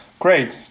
Great